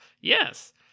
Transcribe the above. yes